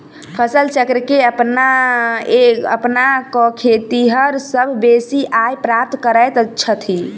फसल चक्र के अपना क खेतिहर सभ बेसी आय प्राप्त करैत छथि